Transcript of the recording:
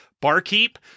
barkeep